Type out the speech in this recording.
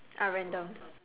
ah random